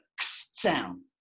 sound